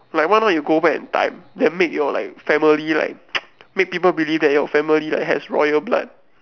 like why not you go back in time then make your like your family like make people believe that your family like has royal blood